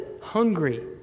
Hungry